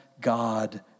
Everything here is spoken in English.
God